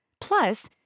Plus